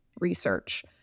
research